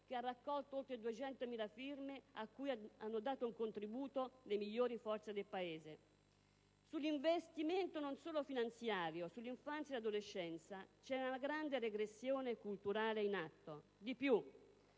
che ha raccolto oltre 200.000 firme, e a cui hanno dato un contributo le migliori forze del Paese. Sull'investimento, non solo finanziario, sull'infanzia e sull'adolescenza è in atto una grande regressione culturale. Di più,